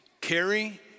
carry